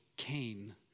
Cain